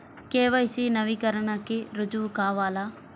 KYC నవీకరణకి రుజువు కావాలా?